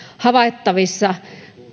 havaittavissa